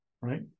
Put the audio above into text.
right